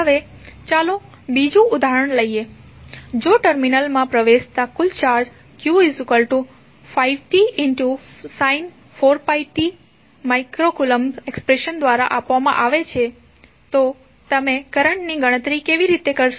હવે ચાલો બીજું ઉદાહરણ લઈએ જો ટર્મિનલ માં પ્રવેશતા કુલ charge q5t sin 4t mC expression દ્વારા આપવામાં આવે તો તમે કરંટની ગણતરી કેવી રીતે કરશો